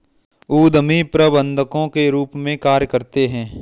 उद्यमी प्रबंधकों के रूप में कार्य करते हैं